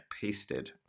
pasted